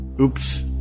Oops